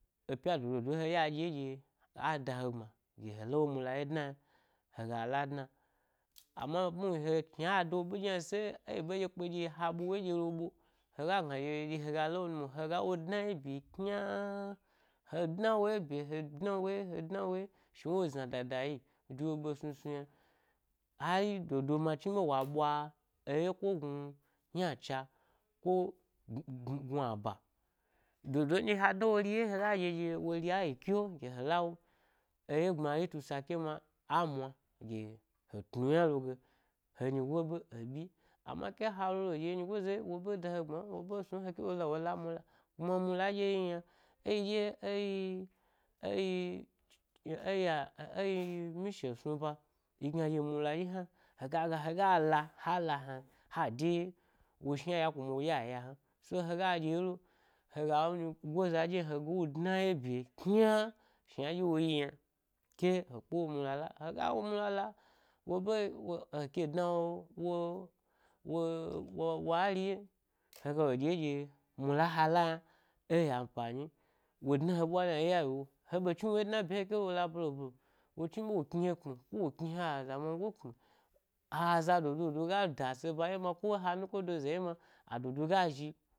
E pya dodo, he ɗye a dye he gbma ɗye he la wo mida ɗye dna yna hega la dna, amma nuhni shna ha dawo ɓe ɗye yna se, e yi ɓe ɗye ha ɓwa wo ye ɗyelo ɓo hega gna ɗye ɗye hega la wo nu mwo, haya wo dna ye ɓye kynaaa-he dna wo ye ɓye, he dna wo ye he dna wo ye, shna wo zna dada yi de wo ɓe snu snu yna ai dodo ma chnibe wa ɓwa e yeko gnu-ynacha ko gnu gnu gnuba dodo nɗye ha dna wori ye hega ɗye ɗye, woriayi-kyo-ɗye he la wo eye gbmaritu sake ma amma gye, he, tnu ya lo ge he nyigo be e ɓyi amna ke ha lo-lo ɗye nyigo ye wo ɓe da he gbman, wo ɓe snu he n he ke lo la wo la mula kuma mula ndye yi yna, eyi ɗyi ɗye eyi eyi, eyi-eyi mishe snuba yigna ɗye mula dye hna hegala hala hna ha de wo shna ya kuna wo ɗye a yahen, so hega dye lo, hega nyiga za ɗye dnaye ɗye ɓye kyna a shna ndye wo yi yna ke-he kpe wo mula la hega wo mula la, woɓe, heke dna ẻ wo-wo wo ari yen hega lo ɗye ɗye mula he la yna eyi amfanyini-wo dna he ɓwari in ya yiwu he ɓe chni wo ye dna ɓye n hekela wo la ɓelo-belo, wo chnibe wo kni he kpmi, ka wo kni ha, azamango kpma ha-aza dodo do gu dase ba ɗye ma ko he nukodo za dye ma dodo ga zhi…